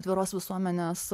atviros visuomenės